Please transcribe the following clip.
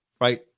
right